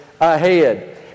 ahead